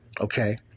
Okay